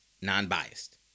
non-biased